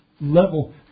level